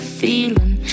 feeling